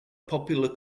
popular